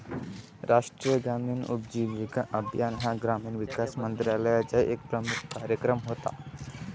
राष्ट्रीय ग्रामीण उपजीविका अभियान हा ग्रामीण विकास मंत्रालयाचा एक प्रमुख कार्यक्रम होता